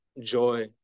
joy